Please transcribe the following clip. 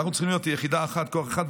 אנחנו צריכים להיות יחידה אחת, כוח אחד.